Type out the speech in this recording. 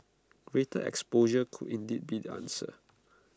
greater exposure could indeed be the answer